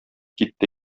китте